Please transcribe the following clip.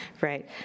right